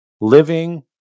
Living